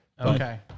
Okay